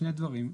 שני דברים.